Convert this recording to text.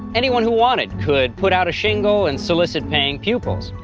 anyone who wanted could put out a shingle and solicit paying pupils.